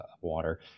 water